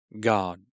God